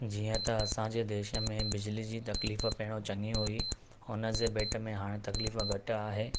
जीअं त असांजे देश में बिजली जी तकलीफ़ पहिरों चंङी हुई हुनजे भेट में हाणे तकलीफ़ घटि आहे